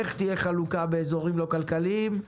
איך תהיה החלוקה באזורים לא כלכליים.